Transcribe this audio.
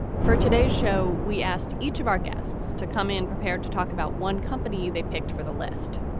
for today's show, we asked each of our guests to come in, prepared to talk about one company they picked for the list.